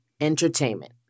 entertainment